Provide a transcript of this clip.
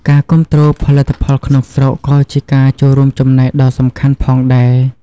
ការគាំទ្រផលិតផលក្នុងស្រុកក៏ជាការចូលរួមចំណែកដ៏សំខាន់ផងដែរ។